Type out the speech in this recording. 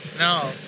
No